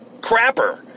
Crapper